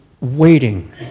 waiting